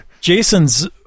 Jason's